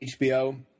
HBO